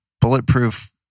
bulletproof